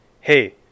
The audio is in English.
hey